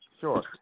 sure